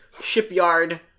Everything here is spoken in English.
Shipyard